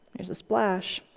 here's the splash.